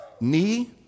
knee